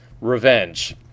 revenge